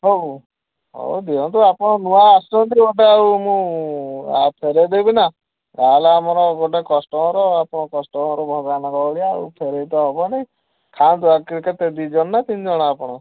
ହଉ ହଉ ଦିଅନ୍ତୁ ଆପଣ ନୂଆ ଆସିଛନ୍ତି ଗୋଟେ ଆଉ ମୁଁ ଫେରାଇ ଦେବି ନାଁ ଯାହା ହେଲେ ଆମର ଗୋଟେ କଷ୍ଟମର୍ ଆପଣ କଷ୍ଟମର୍ ଭଗବାନଙ୍କ ଭଳିଆ ଆଉ ଫେରାଇ ତ ହେବନାଇଁ ଖାଆନ୍ତୁ ଆଉ କେ କେତେ ଦୁଇ ଜଣ ନାଁ ତିନ ଜଣ ଆପଣ